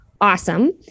awesome